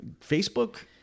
Facebook